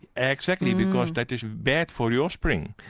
exactly because that is bad for the offspring.